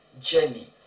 journey